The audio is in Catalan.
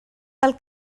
del